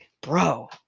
Bro